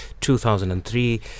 2003